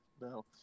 no